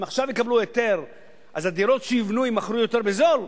אם עכשיו יקבלו היתר אז הדירות שיבנו יימכרו יותר בזול?